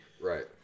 Right